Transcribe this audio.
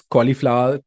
Cauliflower